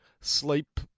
sleep